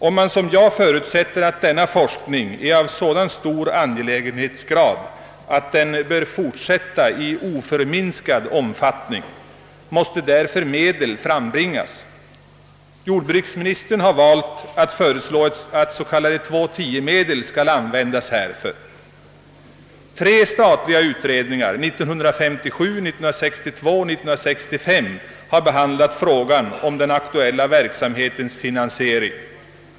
Om man, som jag, förutsätter att denna forskning är av sådan angelägenhetsgrad, att den bör fortsätta i oförminskad omfattning, måste därför medel frambringas. Jordbruksministern har valt att föreslå att s.k. 2: 10-medel skall användas härför. Tre statliga utredningar — 1957, 1962 och 1965 — har behandlat frågan om den aktuella verksamhetens finansiering.